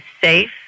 safe